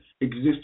exist